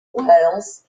wales